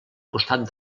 costat